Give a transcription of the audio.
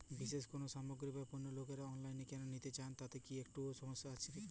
বিশেষ কোনো সামগ্রী বা পণ্য লোকেরা অনলাইনে কেন নিতে চান তাতে কি একটুও সমস্যার কথা নেই?